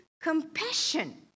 compassion